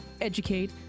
educate